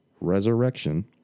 resurrection